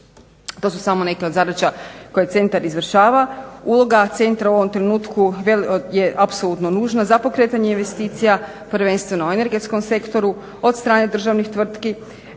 To su samo neke od zadaća koje centar izvršava. Uloga centra u ovom trenutku je apsolutno nužna za pokretanje investicija prvenstveno u energetskom sektoru od strane državnih tvrtki